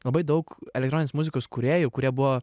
labai daug elektroninės muzikos kūrėjų kurie buvo